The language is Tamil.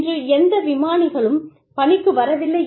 இன்று எந்த விமானிகளும் பணிக்கு வரவில்லை